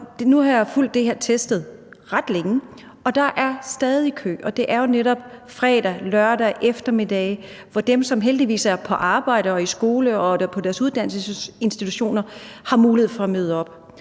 ret længe fulgt det her teststed, og der er stadig kø. Det er jo netop fredage og lørdage eftermiddage, hvor dem, der heldigvis er på arbejde og i skole og på deres uddannelsesinstitutioner, har mulighed for at møde op.